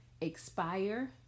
expire